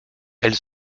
elle